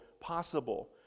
possible